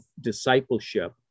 discipleship